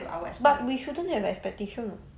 but we shouldn't have expectations [what]